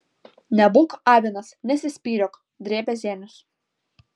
nebūk avinas nesispyriok drėbė zenius